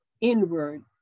inward